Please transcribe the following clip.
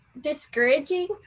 discouraging